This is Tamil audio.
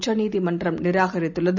ச்சநீதிமன்றம்நிராகரித்துள்ளது